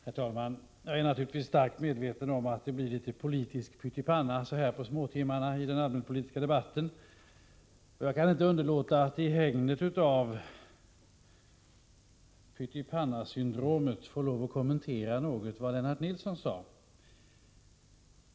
Herr talman! Jag är naturligtvis starkt medveten om att det av den allmänpolitiska debatten blir litet av politisk pyttipanna så här på småtimmarna. Jag kan inte underlåta att i hägnet av pyttipannasyndromet kommentera något av vad Lennart Nilsson sade.